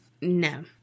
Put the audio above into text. no